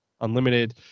Unlimited